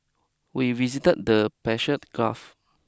we visited the Persian Gulf